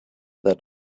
that